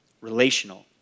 relational